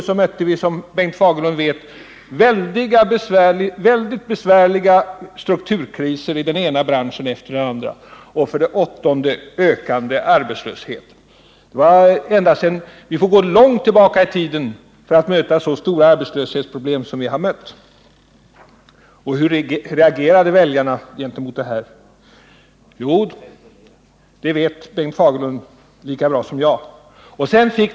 Vi mötte, som Bengt Fagerlund vet, mycket besvärliga strukturkriser i den ena branschen efter den andra. 8. Vi hade ökande arbetslöshet. Vi får gå långt tillbaka i tiden för att möta så stora arbetslöshetsproblem som vi haft de senaste åren. Hur reagerade väljarna på detta? Det vet Bengt Fagerlund lika bra som jag.